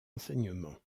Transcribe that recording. enseignement